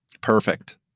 Perfect